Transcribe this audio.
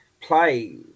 play